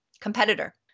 competitor